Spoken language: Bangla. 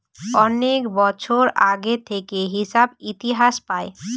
অনেক বছর আগে থেকে হিসাব ইতিহাস পায়